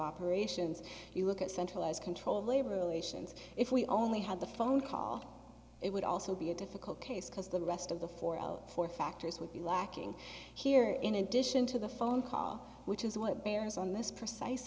operations you look at centralize control labor relations if we only had the phone call it would also be a difficult case because the rest of the four of four factors would be lacking here in addition to the phone call which is what bears on this precise